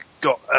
got